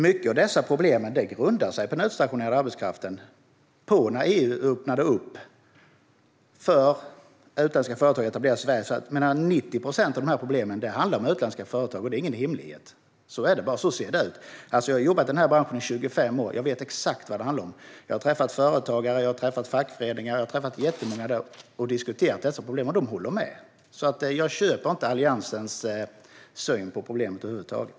Mycket av dessa problem grundar sig på den utstationerade arbetskraften och den möjlighet att etablera sig i Sverige som EU öppnade för utländska företag. 90 procent av de här problemen gäller utländska företag, och det är ingen hemlighet. Så ser det ut. Jag har jobbat i den här branschen i 25 år. Jag vet exakt vad det handlar om. Jag har träffat företagare. Jag har träffat fackföreningar. Jag har träffat jättemånga och diskuterat dessa problem, och de håller med. Jag köper inte Alliansens syn på problemet över huvud taget.